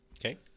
Okay